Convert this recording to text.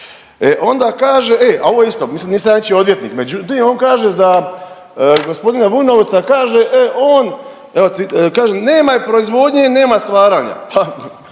E, onda kaže, e, a ovo isto, mislim nisam ja ničiji odvjetnik, međutim on kaže za gospodina Vujnovca kaže e on kaže, nema proizvodnje, nema stvaranja.